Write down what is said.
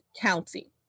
County